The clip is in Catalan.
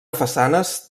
façanes